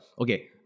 okay